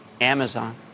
Amazon